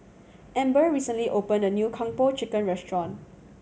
Amber recently opened a new Kung Po Chicken restaurant